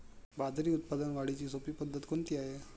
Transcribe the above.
बाजरी उत्पादन वाढीची सोपी पद्धत कोणती आहे?